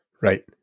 Right